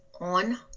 on